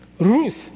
Ruth